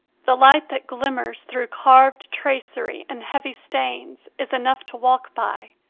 the light that glimmers through carved tracery and heavy stains is enough to walk by,